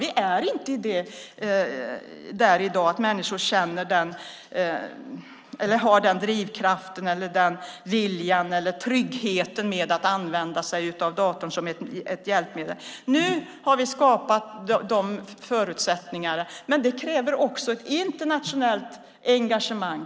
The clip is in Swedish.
Vi är inte där i dag att människor har den drivkraften, viljan eller tryggheten i att använda sig av datorn som ett hjälpmedel. Nu har vi skapat de förutsättningarna, men det kräver också ett internationellt engagemang.